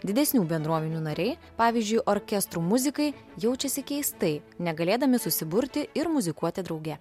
didesnių bendruomenių nariai pavyzdžiui orkestrų muzikai jaučiasi keistai negalėdami susiburti ir muzikuoti drauge